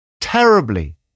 terribly